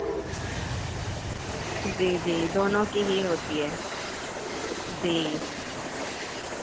جی جی دونوں کی ہی ہوتی ہے جی